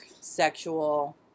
sexual